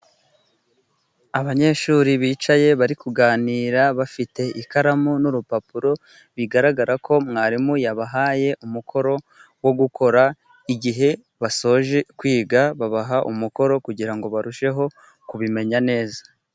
Abanyeshuri bicaye bari kuganira, bafite ikaramu n'urupapuro, bigaragara ko mwarimu yabahaye umukoro wo gukora, igihe basoje kwiga babaha umukoro, kugira ngo barusheho kubimenya neza.